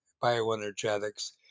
bioenergetics